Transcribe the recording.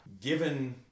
given